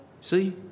See